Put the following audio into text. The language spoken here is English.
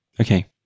Okay